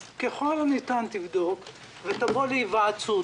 אז ככל הניתן תבדוק ותבוא להיוועצות.